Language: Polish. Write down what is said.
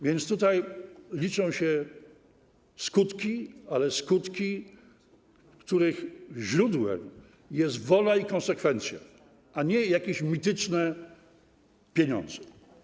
Więc liczą się skutki, ale skutki, których źródłem jest wola i konsekwencja, a nie jakieś mityczne pieniądze.